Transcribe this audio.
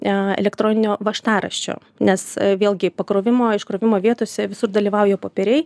e elektroninio važtaraščio nes vėlgi pakrovimo iškrovimo vietose visur dalyvauja poperei